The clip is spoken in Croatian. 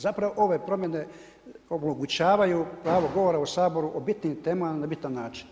Zapravo ove promjene omogućavaju pravo govora u Saboru o bitnim temama na bitan način.